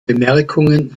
bemerkungen